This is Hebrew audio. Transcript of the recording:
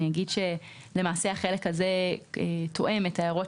אני אגיד שלמעשה החלק הזה תואם את ההערות